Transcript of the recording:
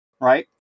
right